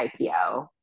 IPO